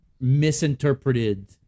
misinterpreted